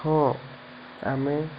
ହଁ ଆମେ